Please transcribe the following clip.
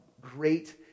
great